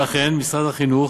ואכן, משרד החינוך,